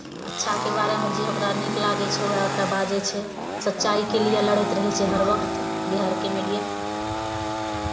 अच्छाके बारेमे जे ओकरा नीक लागै छै उएह टा बाजै छै सच्चाइके लिए लड़ैत रहै छै हर वक्त बिहारके मीडिया